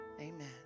amen